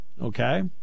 okay